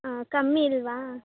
ಹಾಂ ಕಮ್ಮಿ ಇಲ್ವಾ